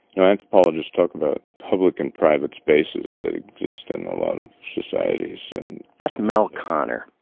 now, anthropologists talk about public and private spaces that exist in a lot of societies, and. that's me l konner.